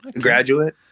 Graduate